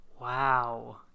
Wow